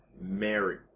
Mary